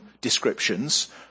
descriptions